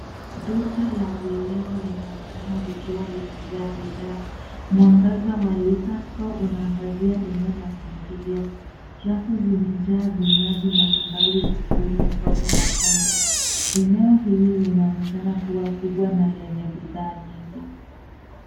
Duka la vileo linaonekana likiwa limejaa bidhaa. Mwangaza wa cs[liquor store]cs unaangazia eneo la kuingilia. Rafu zimejaa vinywaji mbalimbali zikiwemo soda na pombe. Eneo hili linaonekana kuwa kubwa na lenye bidhaa nyingi.